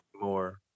More